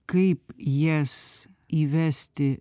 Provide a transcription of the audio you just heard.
kaip jas įvesti